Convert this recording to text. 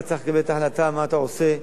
אתה צריך לקבל את ההחלטה מה אתה עושה: